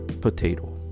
Potato